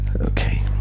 Okay